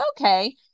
okay